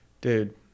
dude